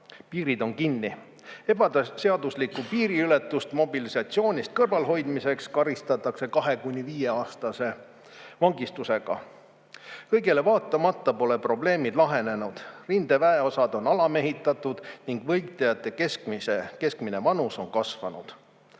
Piirid on kinni. Ebaseaduslikku piiriületust mobilisatsioonist kõrvalehoidmiseks karistatakse 2–5-aastase vangistusega. Kõigele vaatamata pole probleemid lahenenud, rindeväeosad on alamehitatud ning võitlejate keskmine vanus on kasvanud.